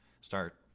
start